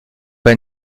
pas